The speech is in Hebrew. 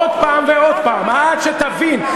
עוד פעם ועוד פעם עד שתבין,